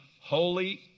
holy